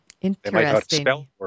Interesting